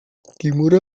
kimura